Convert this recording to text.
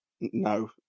No